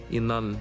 innan